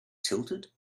tilted